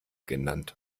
genannt